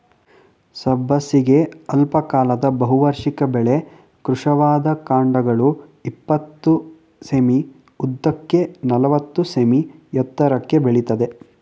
ಸಬ್ಬಸಿಗೆ ಅಲ್ಪಕಾಲದ ಬಹುವಾರ್ಷಿಕ ಬೆಳೆ ಕೃಶವಾದ ಕಾಂಡಗಳು ಇಪ್ಪತ್ತು ಸೆ.ಮೀ ಉದ್ದಕ್ಕೆ ನಲವತ್ತು ಸೆ.ಮೀ ಎತ್ತರಕ್ಕೆ ಬೆಳಿತದೆ